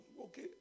okay